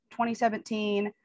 2017